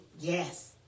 Yes